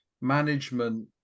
management